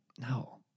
No